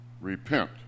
repent